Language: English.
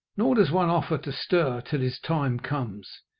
nor does one offer to stir till his time comes.